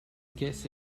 guess